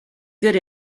good